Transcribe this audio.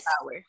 power